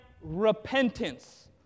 repentance